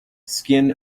skin